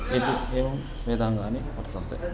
इति एवं वेदाङ्गानि वर्तन्ते